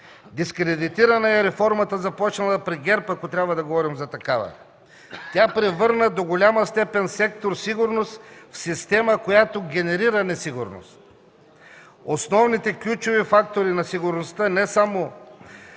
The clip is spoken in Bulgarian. Дискредитирана е реформата, започнала при ГЕРБ, ако трябва да говорим за такава. Тя превърна до голяма степен сектор „Сигурност” в система, която генерира несигурност. Основните ключови фактори на сигурността са не само